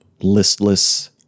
listless